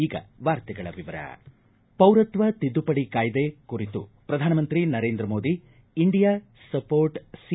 ಈಗ ವಾರ್ತೆಗಳ ವಿವರ ಪೌರತ್ವ ತಿದ್ದುಪಡಿ ಕಾಯ್ದೆ ಕುರಿತು ಪ್ರಧಾನಮಂತ್ರಿ Narendra Modi India support C